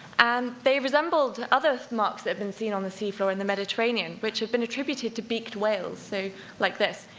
and they resembled other marks that had been seen on the seafloor in the mediterranean, which had been attributed to beaked whales, so like this.